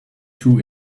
two